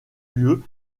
lieu